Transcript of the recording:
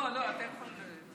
לא, זה בסדר.